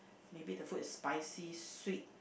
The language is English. maybe the food is spicy sweet